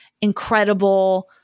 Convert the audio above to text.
incredible